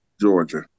Georgia